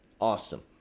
Awesome